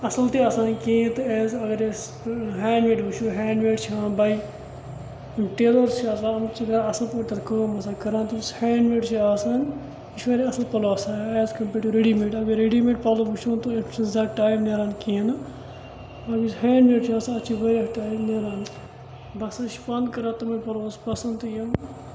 اَصٕل تہِ آسان کِہیٖنۍ تہٕ ایز اَگر أسۍ ہینٛڈ میڈ وٕچھِو ہینٛڈ میڈ چھِ یِوان بَے یِم ٹیلٲرٕز چھِ آسان یِم چھِ کَران اَصٕل پٲٹھ کٲم آسان کران تہٕ یُس ہینٛڈ میڈ چھِ آسان تِم چھِ واریاہ اَصٕل پَلو آسان as compared to readymade اَگر رٔڈی میڈ پَلو وٕچھوُن تُہۍ اَتھ چھِنہٕ زیادٕ ٹایم نیران کِہیٖنۍ نہٕ یُس ہینڈ میڈ چھُ آسان اَتھ چھِ واریاہ ٹایم نیران بہٕ ہَسا چھِ پانہٕ کران تِمَے پَلو حظ پسند تہٕ یِم